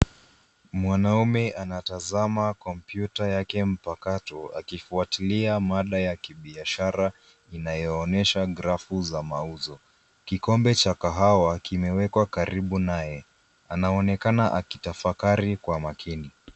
Mwanaume anatazama kompyuta yake mpakato, akifuatilia mada ya kibiashara, inayoonyesha grafu za mauzo. Kikombe cha kahawa, kimewekwa karibu naye, anaonekana akitafakari kwa makini.